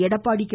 Edappadi K